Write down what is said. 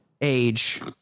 age